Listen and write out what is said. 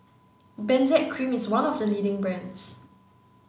Benzac cream is one of the leading brands